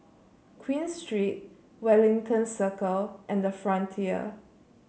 Queen Street Wellington Circle and the Frontier